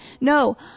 no